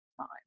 time